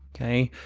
okay,